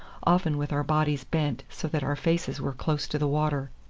often with our bodies bent so that our faces were close to the water.